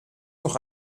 noch